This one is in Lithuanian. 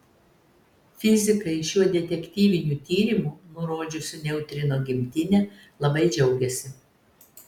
fizikai šiuo detektyviniu tyrimu nurodžiusiu neutrino gimtinę labai džiaugiasi